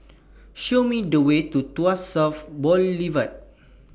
Show Me The Way to Tuas South Boulevard